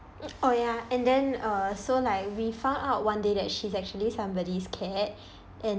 oh ya and then err so like we found out one day that she's actually somebody's cat and